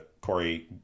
Corey